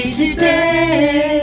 today